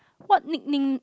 what nickname